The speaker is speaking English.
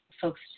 folks